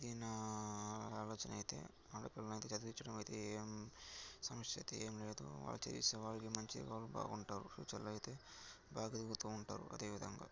ఇది నా ఆలోచనైతే ఆడపిల్లనైతే చదివించడం అయితే ఏం సమస్యయితే ఏమి లేదు అయితే సమాజంలో మంచి వాళ్ళు బాగుంటారు ఫ్యూచర్లో అయితే బాగ ఎదుగుతు ఉంటారు అదేవిధంగా